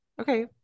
Okay